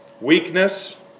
Weakness